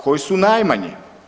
Koji su najmanje?